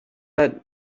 but